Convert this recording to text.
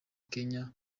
kenya